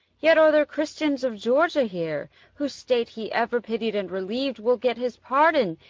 yet are there christians of georgia here, whose state he ever pitied and reliev'd, will get his pardon,